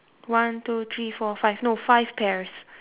one two three four five no five pears